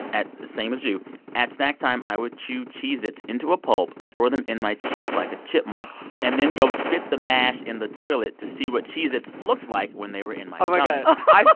at same as you at snack time, i would chew cheez-its into a pulp, store them in my cheek like a chipmunk and then go spit the mash in the toilet to see what cheez-its looked like when they were in my like stomach. but